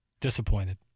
Disappointed